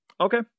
Okay